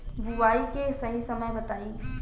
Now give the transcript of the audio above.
बुआई के सही समय बताई?